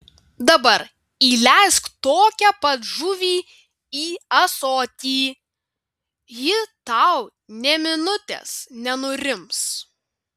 dabar įleisk tokią pat žuvį į ąsotį ji tau nė minutės nenurims